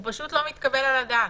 הוא פשוט לא מתקבל על הדעת.